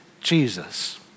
Jesus